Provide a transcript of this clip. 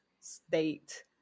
state